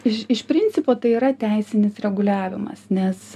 iš iš principo tai yra teisinis reguliavimas nes